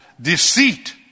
Deceit